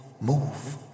move